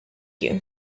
you